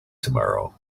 tomorrow